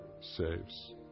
saves